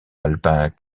alpin